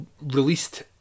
released